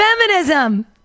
Feminism